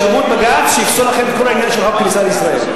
שיבוא בג"ץ שיפסול לכם את כל העניין של חוק הכניסה לישראל,